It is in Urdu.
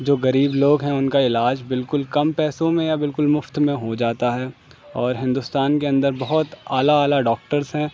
جو غریب لوگ ہیں ان کا علاج بالکل کم پیسوں میں یا بالکل مفت میں ہو جاتا ہے اور ہندوستان کے اندر بہت اعلیٰ اعلیٰ ڈاکٹرس ہیں